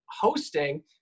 hosting